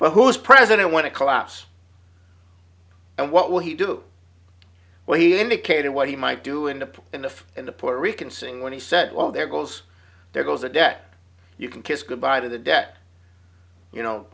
but who's president when it collapse and what will he do when he indicated what he might do in the pool and if in the puerto rican sing when he said well there goes there goes the debt you can kiss goodbye to the debt you know